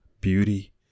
beauty